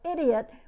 idiot